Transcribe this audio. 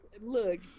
Look